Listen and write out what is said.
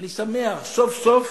אני שמח שסוף-סוף,